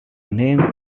name